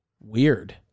Weird